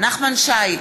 נחמן שי,